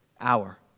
hour